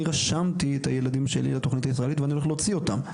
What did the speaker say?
אני רשמתי את הילדים שלי לתכנית הישראלית ואני הולך להוציא אותם.